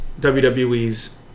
WWE's